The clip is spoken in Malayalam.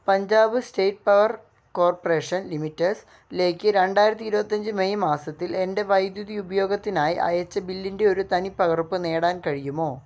പഞ്ചാബ് സ്റ്റേറ്റ് പവർ കോർപ്പറേഷൻ ലിമിറ്റഡിലേക്ക് രണ്ടായിരത്തി ഇരുപത്തി അഞ്ച് മെയ് മാസത്തിൽ എൻ്റെ വൈദ്യുതി ഉപയോഗത്തിനായി അയച്ച ബില്ലിൻ്റെ ഒരു തനിപ്പകർപ്പ് നേടാൻ കഴിയുമോ